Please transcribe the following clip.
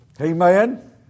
Amen